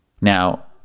Now